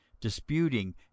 disputing